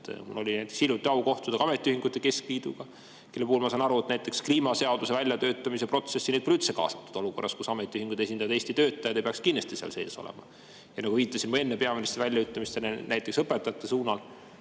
Mul oli hiljuti au kohtuda ametiühingute keskliiduga, keda, ma saan aru, näiteks kliimaseaduse väljatöötamise protsessi pole üldse kaasatud, olukorras, kus ametiühingud esindavad Eesti töötajaid ja peaksid kindlasti seal sees olema. Nagu ma viitasin enne peaministri väljaütlemistele õpetajate suunas,